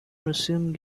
resume